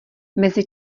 mezi